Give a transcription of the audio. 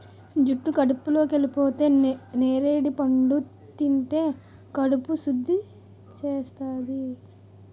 జుట్టు కడుపులోకెళిపోతే నేరడి పండు తింటే కడుపు సుద్ధి చేస్తాది